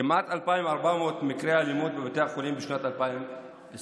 כמעט 2,400 מקרי אלימות בבתי חולים בשנת 2022,